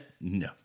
No